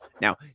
Now